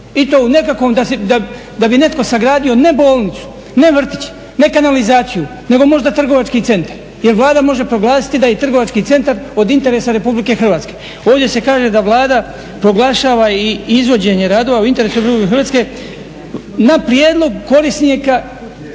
i to u nekakvom, da bi netko sagradio ne bolnicu, ne vrtić, ne kanalizaciju, nego možda trgovački centar. Jer Vlada može proglasiti da je i trgovački centar od interesa Republike Hrvatske. Ovdje se kaže da Vlada proglašava i izvođenje radova u interesu Republike Hrvatske na prijedlog korisnika